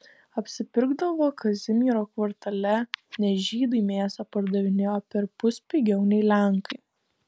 apsipirkdavo kazimiero kvartale nes žydai mėsą pardavinėjo perpus pigiau nei lenkai